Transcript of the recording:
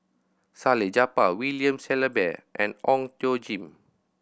Salleh Japar William Shellabear and Ong Tjoe Kim